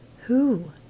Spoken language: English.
Who